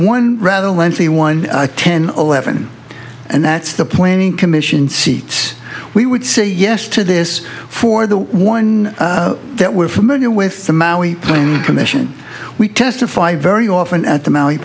one rather lengthy one ten eleven and that's the planning commission seat we would say yes to this for the one that we're familiar with the maui plane commission we testify very often at the m